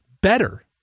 better